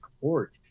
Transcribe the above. court